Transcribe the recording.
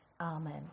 Amen